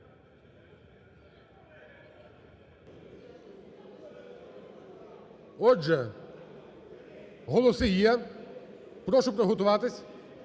Отже, голоси є. Прошу приготуватись.